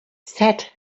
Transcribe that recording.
sed